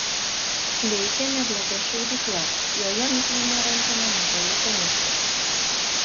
veikė nebloga šaudykla joje miklino ranką nemažai uteniškių